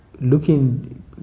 Looking